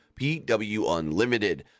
PWUNLIMITED